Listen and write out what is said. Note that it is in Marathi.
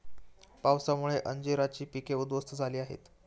पावसामुळे अंजीराची पिके उध्वस्त झाली आहेत